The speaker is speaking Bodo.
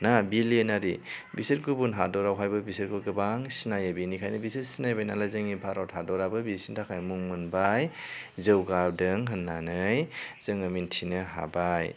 ना बिलियनारि बिसोर गुबुन हादरावहायबो बिसोरखौ गोबां सिनायो बेनिखायनो बिसोर सिनायबाय नालाय जोंनि भारत हादराबो बिसोरनि थाखाय मुं मोनबाय जौगादों होननानै जोङो मोनथिनो हाबाय